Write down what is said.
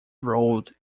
road